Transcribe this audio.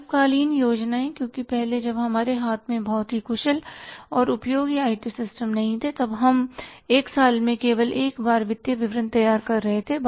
अल्पकालीन योजनाएं क्योंकि पहले जब हमारे हाथ में बहुत कुशल और उपयोगी आईटी सिस्टम नहीं थे तब हम एक साल में केवल एक बार वित्तीय विवरण तैयार कर रहे थे